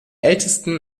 ältesten